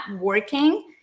working